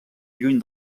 lluny